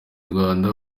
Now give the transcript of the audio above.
rwanda